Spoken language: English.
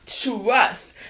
trust